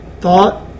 thought